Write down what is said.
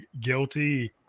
guilty